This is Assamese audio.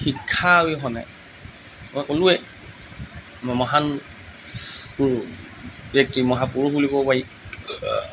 শিক্ষা অবিহনে মই ক'লোঁৱেই মই মহান ব্যক্তি মহাপুৰুষ বুলি ক'ব পাৰি